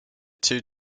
two